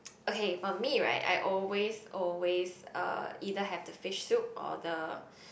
okay for me right I always always uh either have the fish soup or the